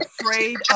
afraid